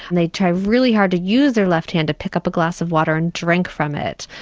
and they try really hard to use their left hand to pick up a glass of water and drink from it.